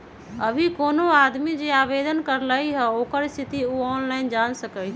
अभी कोनो आदमी जे आवेदन करलई ह ओकर स्थिति उ ऑनलाइन जान सकलई ह